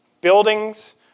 buildings